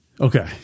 Okay